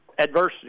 adversity